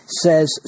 says